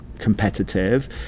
competitive